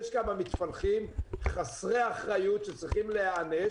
יש כמה מתפלחים חסרי אחריות שצריכים להיענש